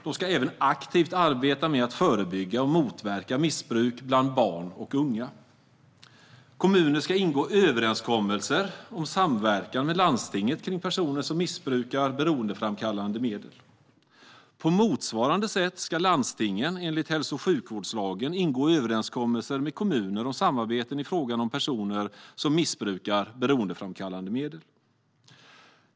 De ska även aktivt arbeta med att förebygga och motverka missbruk bland barn och unga. Kommuner ska ingå överenskommelser om samverkan med landstinget kring personer som missbrukar beroendeframkallande medel. På motsvarande sätt ska landstingen, enligt hälso och sjukvårdslagen, ingå överenskommelser med kommuner om samarbeten i fråga om personer som missbrukar beroendeframkallande medel.